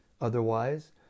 Otherwise